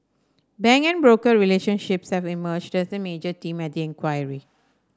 bank and broker relationships have emerged as a major theme at the inquiry